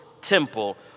temple